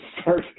start